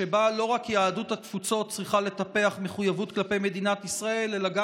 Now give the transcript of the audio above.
שבה לא רק יהדות התפוצות צריכה לטפח מחויבות כלפי מדינת ישראל אלא גם